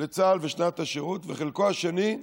לצה"ל ושנת השירות, וחלקו השני: